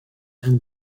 and